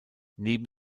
neben